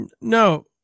No